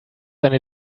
eine